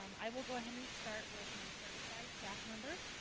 um i will go ahead and start with my certified staff member.